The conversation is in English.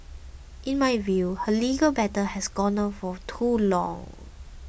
in my view her legal battle has gone on for too long